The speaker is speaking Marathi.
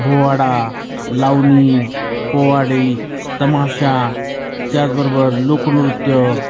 पोवाडा लावणी पोवाडे तमाशा त्याचबरोबर लोकनृत्य